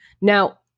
Now